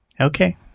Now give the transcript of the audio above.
Okay